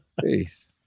Peace